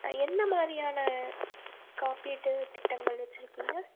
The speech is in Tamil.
ஆ என்ன மாதிரியானா காப்பீட்டு திட்டங்கள் வெச்சுருக்கிங்க